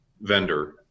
vendor